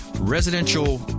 residential